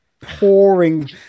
pouring